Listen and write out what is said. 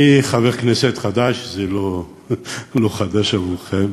אני חבר כנסת חדש, זה לא חדש עבורכם,